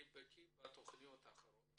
אני בקיא בתכניות האחרות